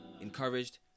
encouraged